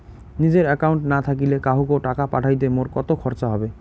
নিজের একাউন্ট না থাকিলে কাহকো টাকা পাঠাইতে মোর কতো খরচা হবে?